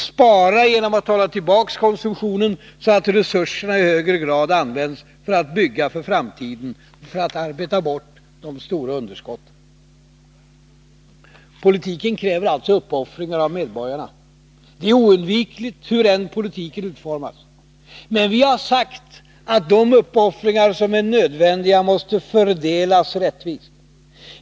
Spara — genom att hålla tillbaka konsumtionen, så att resurserna i högre grad används för att bygga för framtiden och för att arbeta bort de stora underskotten. Politiken kräver alltså uppoffringar av medborgarna. Det är oundvikligt hur politiken än utformas. Men vi har sagt att de uppoffringar som är nödvändiga måste fördelas rättvist.